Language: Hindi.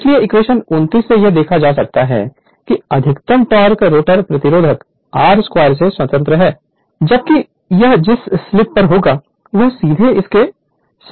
इसलिए इक्वेशन 29 से यह देखा जा सकता है कि अधिकतम टोक़ रोटर प्रतिरोध r2 से स्वतंत्र है जबकि यह जिस स्लीप पर होता है वह सीधे इसके समानुपाती होता है